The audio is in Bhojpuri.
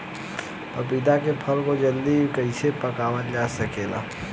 पपिता के फल को जल्दी कइसे पकावल जा सकेला?